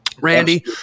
Randy